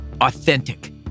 authentic